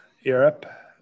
Europe